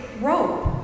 rope